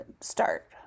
start